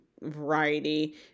variety